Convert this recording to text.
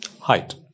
Height